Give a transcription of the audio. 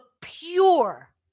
pure